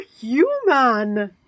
human